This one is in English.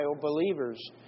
believers